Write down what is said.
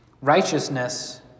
righteousness